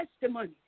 testimony